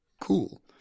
Cool